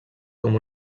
com